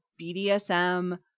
BDSM